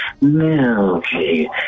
Milky